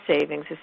savings